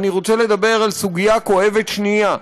אני רוצה לדבר על סוגיה כואבת שנייה,